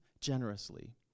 generously